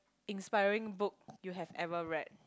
inspiring book you have ever read